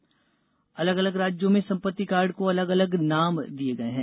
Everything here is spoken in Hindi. संपत्ति कार्ड अलग अलग राज्यों में संपत्ति कार्ड को अलग अलग नाम दिए गए हैं